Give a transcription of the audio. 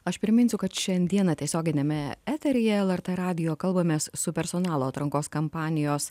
aš priminsiu kad šiandieną tiesioginiame eteryje lrt radijo kalbamės su personalo atrankos kampanijos